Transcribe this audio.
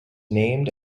named